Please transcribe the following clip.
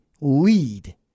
lead